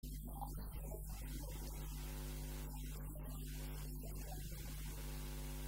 נראה לי שזה לא יהיה נכון להגיד את זה, שוב, משתי סיבות, סיבה אחת שכבר אמרנו קודם,